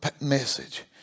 message